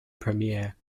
premier